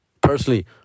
personally